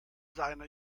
seiner